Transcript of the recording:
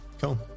Cool